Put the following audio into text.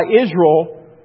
Israel